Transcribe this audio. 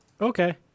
Okay